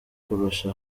kurusha